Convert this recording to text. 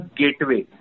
gateway